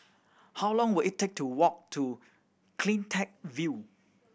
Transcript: how long will it take to walk to Cleantech View